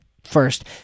First